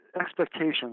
expectations